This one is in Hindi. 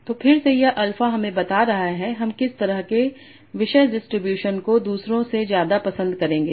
तो फिर से यह अल्फा हमें बता रहा है हम किस तरह के विषय डिस्ट्रीब्यूशन को दूसरों से ज्यादा पसंद करेंगे